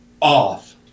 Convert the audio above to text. off